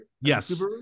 yes